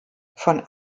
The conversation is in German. von